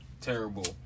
terrible